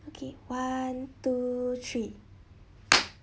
okay one two three